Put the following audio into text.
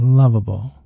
lovable